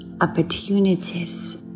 opportunities